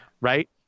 Right